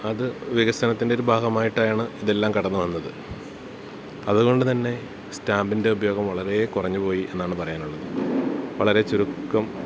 അത് വികസനത്തിൻറ്റൊര് ഭാഗമായിട്ടാണ് ഇതെല്ലാം കടന്ന് വന്നത് അതുകൊണ്ട് തന്നെ സ്റ്റാമ്പിൻ്റെ ഉപയോഗം വളരേ കുറഞ്ഞു പോയി എന്നാണ് പറയാനുള്ളത് വളരെ ചുരുക്കം